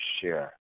share